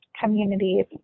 communities